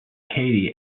katie